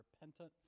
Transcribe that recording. repentance